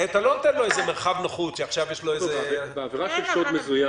אתה לא נותן לו מרחב נוחות שעכשיו יש לו --- בעבירה של שוד מזוין,